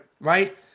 right